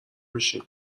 میشین